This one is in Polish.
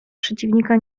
przeciwnika